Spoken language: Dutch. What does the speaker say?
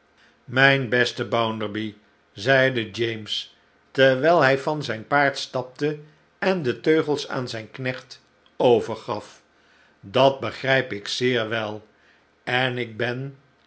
mijn beste bounderby zeide james terwijl liij van zijn paard stapte en de teugels aan zijn knecht overgaf dat begrijp ik zeer wel en ik ben